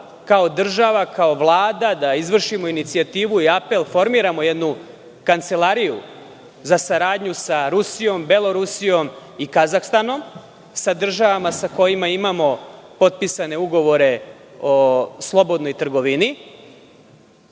kao država, da kao Vlada izvršimo inicijativu i apel i formiramo jednu kancelariju za saradnju sa Rusijom, Belorusijom i Kazahstanom, sa državama sa kojima imamo potpisane ugovore o slobodnoj trgovini